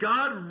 God